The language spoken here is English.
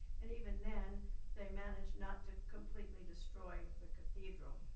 and even then they managed not to completely destroy the cathedral.